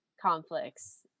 conflicts